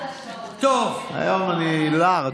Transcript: היום אני לארג'.